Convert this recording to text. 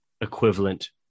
equivalent